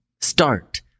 start